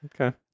Okay